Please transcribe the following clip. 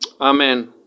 Amen